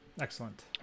Excellent